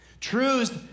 Truths